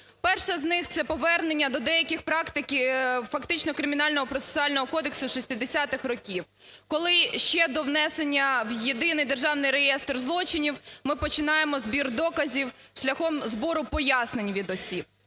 Перша з них – це повернення до деяких практик фактично Кримінально-процесуального кодексу 60-х років, коли ще до внесення в Єдиний державний реєстр злочинів, ми починаємо збір доказів шляхом збору пояснень від осіб.